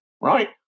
Right